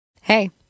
Hey